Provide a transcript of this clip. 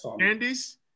Andy's